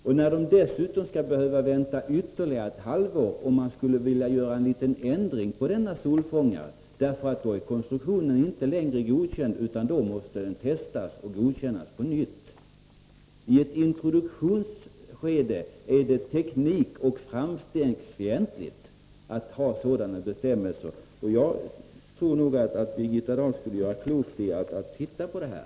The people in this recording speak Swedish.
Företaget måste dessutom vänta ytterligare ett halvår, om det skulle vilja göra en liten ändring på solfångaren, eftersom den då måste testas och godkännas på nytt. I ett introduktionsskede är det teknikoch framstegsfientligt att ha sådana bestämmelser. Jag tror att Birgitta Dahl gör klokt i att se över detta.